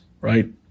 right